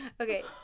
Okay